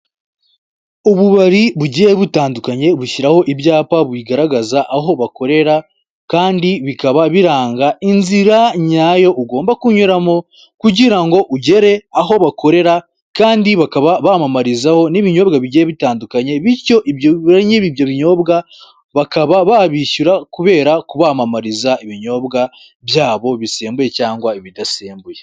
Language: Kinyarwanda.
Ububari bugiye butandukanye bushyiraho ibyapa bigaragaza aho bakorera kandi bikaba biranga inzira nyayo ugomba kunyuramo, kugirango ugere aho bakorera kandi bakaba bamamarizaho n'ibinyobwa bigiye bitandukanye. Bityo ibyo ba nyiri ibyo binyobwa bakaba babishyura kubera kubamamariza ibinyobwa byabo bisembuye cyangwa ibidasembuye.